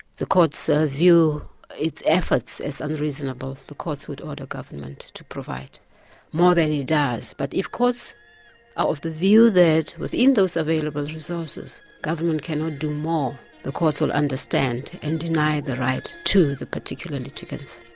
the courts ah view its efforts as unreasonable, the courts would order government to provide more than it does. but if courts are of the view that within those available resources government cannot do more, the courts will understand and deny the right to the particular litigants.